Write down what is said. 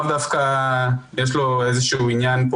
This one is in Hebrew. לאו דווקא יש לו פה עניין,